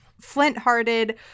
flint-hearted